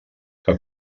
que